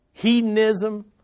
Hedonism